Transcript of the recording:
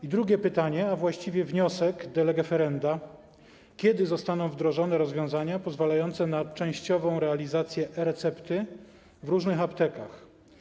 I drugie pytanie, a właściwie wniosek de lege ferenda: Kiedy zostaną wdrożone rozwiązania pozwalające na częściową realizację e-recepty w różnych aptekach?